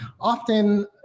Often